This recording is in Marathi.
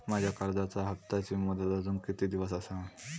माझ्या कर्जाचा हप्ताची मुदत अजून किती दिवस असा?